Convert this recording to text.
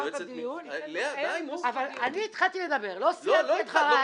יועצת --- אני לא סיימתי את דבריי.